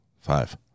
Five